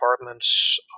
apartments